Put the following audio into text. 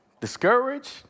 discouraged